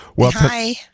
Hi